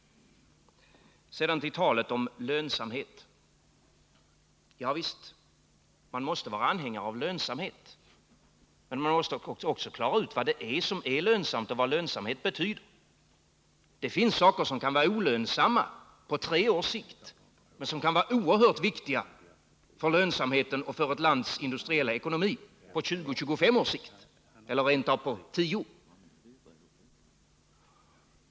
Sedan till talet om lönsamhet. Ja visst — man måste vara anhängare av lönsamhet. Men man måste också klara ut vad som är lönsamt och vad lönsamhet betyder. Det finns saker som kan vara olönsamma på tre års sikt men som kan vara oerhört viktiga för lönsamheten och för ett lands industriella ekonomi på 20-25 års sikt eller rent av på 10 års sikt.